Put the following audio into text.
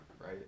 right